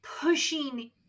pushing